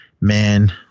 man